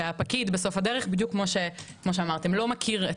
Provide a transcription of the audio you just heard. שהפקיד בסוף הדרך כפי שאמרתם הוא לא מכיר.